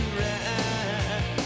right